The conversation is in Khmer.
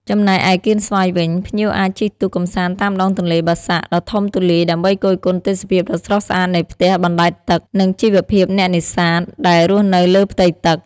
ចំណែកឯកៀនស្វាយវិញ ភ្ញៀវអាចជិះទូកកម្សាន្តតាមដងទន្លេបាសាក់ដ៏ធំទូលាយដើម្បីគយគន់ទេសភាពដ៏ស្រស់ស្អាតនៃផ្ទះបណ្តែតទឹកនិងជីវភាពអ្នកនេសាទដែលរស់នៅលើផ្ទៃទឹក។